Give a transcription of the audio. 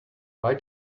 why